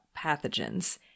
pathogens